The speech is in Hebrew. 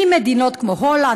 ממדינות כמו הולנד,